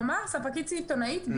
כלומר, ספקית סיטונאית.